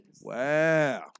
Wow